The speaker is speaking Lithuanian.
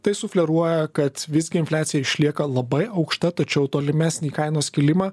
tai sufleruoja kad visgi infliacija išlieka labai aukšta tačiau tolimesnį kainos kilimą